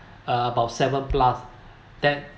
uh about seven plus that